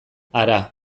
hara